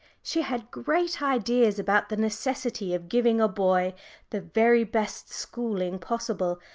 she had great ideas about the necessity of giving a boy the very best schooling possible,